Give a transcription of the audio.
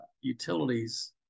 utilities